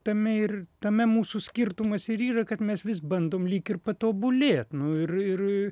tame ir tame mūsų skirtumas ir yra kad mes vis bandom lyg ir patobulėt nu ir ir